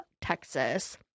Texas